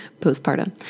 postpartum